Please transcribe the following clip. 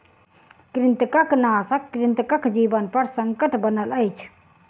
कृंतकनाशक कृंतकक जीवनपर संकट बनल अछि